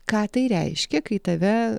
ką tai reiškia kai tave